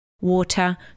water